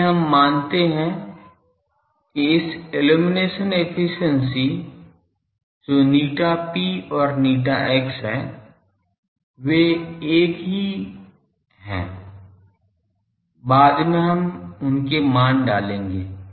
इसलिए हम मानते हैं कि इस इल्लुमिनेशन एफिशिएंसी जो ηp और ηx है वे एक ही है बाद में हम उनके मान डालेंगे